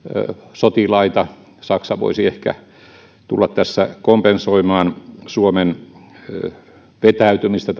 sotilaita saksa voisi ehkä tulla tässä kompensoimaan suomen vetäytymistä